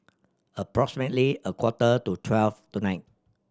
approximately a quarter to twelve tonight